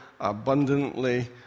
abundantly